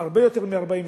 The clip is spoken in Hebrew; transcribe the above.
הרבה יותר מ-40 שנה.